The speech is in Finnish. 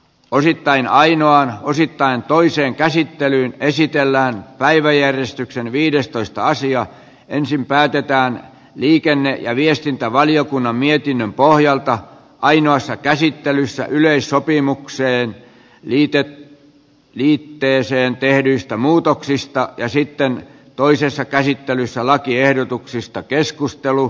on erittäin ainoan osittain toiseen käsittelyyn esitellään päiväjärjestyksen viides toista asiaa ensin päätetään liikenne ja viestintävaliokunnan mietinnön pohjalta ainoassa käsittelyssä yleissopimuksen liitteeseen tehdyistä muutoksista ja sitten toisessa käsittelyssä lakiehdotuksista keskustelu